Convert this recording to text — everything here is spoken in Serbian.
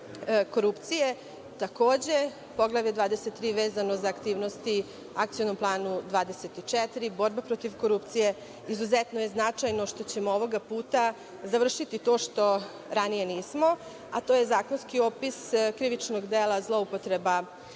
korupcije, takođe Poglavlje 23, vezano za aktivnosti Akcionog plana 24, borba protiv korupcije. Izuzetno je značajno što ćemo ovoga puta završiti to što ranije nismo, a to je zakonski opis krivičnog dela zloupotreba položaja